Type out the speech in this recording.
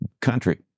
country